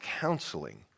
counseling